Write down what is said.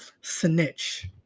snitch